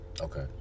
okay